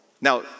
Now